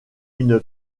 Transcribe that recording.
une